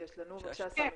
בבקשה, סמי.